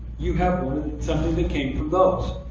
you have something that came from those.